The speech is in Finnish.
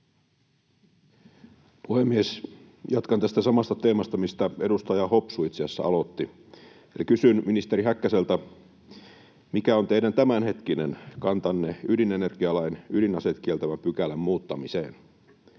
Puhemies! Jatkan tästä samasta teemasta, mistä edustaja Hopsu itse asiassa aloitti. Kysyn ministeri Häkkäseltä: mikä on teidän tämänhetkinen kantanne ydinenergialain ydinaseet kieltävän pykälän muuttamiseen?